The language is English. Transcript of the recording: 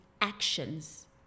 actions